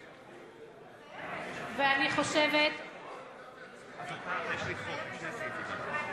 רגע, את מתחייבת שאת לא ממשיכה עם ההצעה?